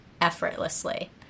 effortlessly